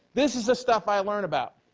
this is the stuff i learn about.